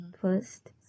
first